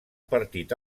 partit